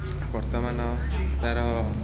ବର୍ତ୍ତମାନ ତା'ର